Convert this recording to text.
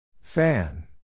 Fan